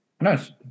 Nice